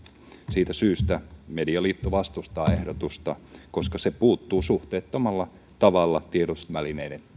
siitä syystä medialiitto vastustaa ehdotusta koska se puuttuu suhteettomalla tavalla tiedotusvälineiden